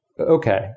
Okay